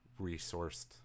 resourced